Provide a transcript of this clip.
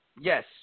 Yes